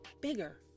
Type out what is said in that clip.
bigger